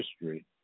history